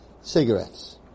Cigarettes